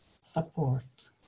support